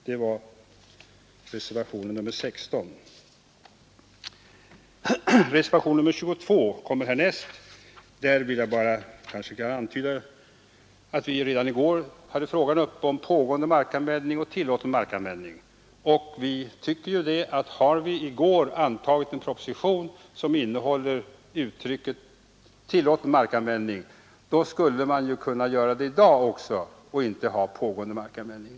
Beträffande reservation 22 vill jag bara erinra om att vi här i riksdagen redan i går hade frågan uppe om pågående markanvändning och tillåten markanvändning. Vi tycker att har riksdagen i går antagit en proposition som tillåter markanvändning, skulle man kunna tillåta det i dag också och inte använda uttrycket pågående markanvändning.